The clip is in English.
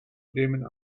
damon